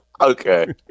Okay